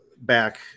back